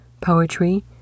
poetry